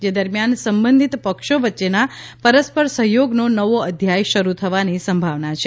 જે દરમિયાન સંબંધિત પક્ષો વચ્ચેના પરસ્પર સહયોગનો નવો અધ્યાય શરૂ થવાની સંભાવના છે